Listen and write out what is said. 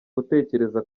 gutekereza